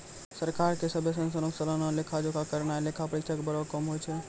सरकार के सभ्भे संस्थानो के सलाना लेखा जोखा करनाय लेखा परीक्षक के बड़ो काम होय छै